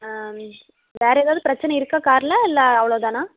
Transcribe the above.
வேறு ஏதாவது பிரச்சனை இருக்கா காரில் இல்லை அவ்வளோ தானா